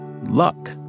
luck